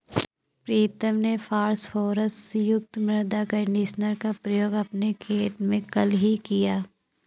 प्रीतम ने फास्फोरस युक्त मृदा कंडीशनर का प्रयोग अपने खेत में कल ही किया